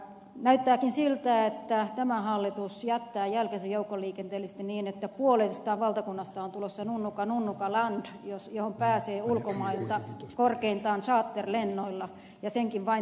näyttääkin siltä että tämä hallitus jättää jälkensä joukkoliikenteellisesti niin että puolesta valtakunnasta on tulossa nunnuka nunnuka land johon pääsee ulkomailta korkeintaan charterlennoilla ja niilläkin vain talviaikaan